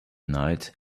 night